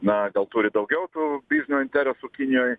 na gal turi daugiau tų biznio interesų kinijoj